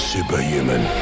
Superhuman